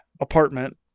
apartment